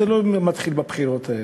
וזה לא מתחיל בבחירות האלה.